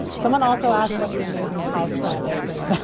someone also asked what the amazing house plant is. and